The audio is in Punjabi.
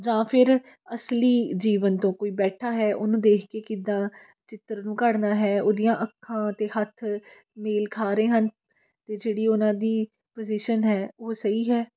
ਜਾਂ ਫਿਰ ਅਸਲੀ ਜੀਵਨ ਤੋਂ ਕੋਈ ਬੈਠਾ ਹੈ ਉਹਨੂੰ ਦੇਖ ਕੇ ਕਿੱਦਾਂ ਚਿੱਤਰ ਨੂੰ ਘੜਨਾ ਹੈ ਉਹਦੀਆਂ ਅੱਖਾਂ ਅਤੇ ਹੱਥ ਮੇਲ ਖਾ ਰਹੇ ਹਨ ਅਤੇ ਜਿਹੜੀ ਉਹਨਾਂ ਦੀ ਪੁਜ਼ੀਸ਼ਨ ਹੈ ਉਹ ਸਹੀ ਹੈ